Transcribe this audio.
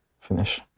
finish